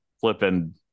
flipping